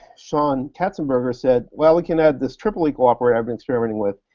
sean katzenberger, said, well, we can add this triple equal operator i've been experimenting with,